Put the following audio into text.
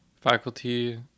Faculty